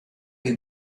you